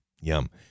yum